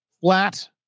flat